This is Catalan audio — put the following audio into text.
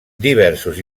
diversos